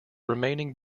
remaining